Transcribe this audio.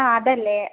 ആ അതല്ലേ